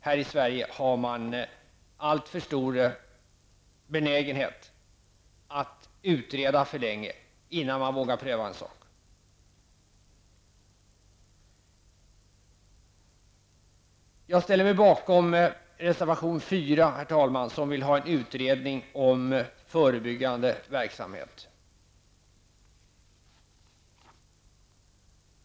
Här i Sverige har man alltför stor benägenhet att utreda för länge, innan man vågar pröva en sak. Herr talman! Jag ställer mig bakom reservation 4, där man vill ha en utredning om förebyggande verksamhet.